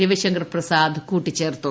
രവിശങ്കർ പ്രസാദ് കൂട്ടിച്ചേർത്തു